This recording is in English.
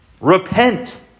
Repent